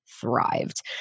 thrived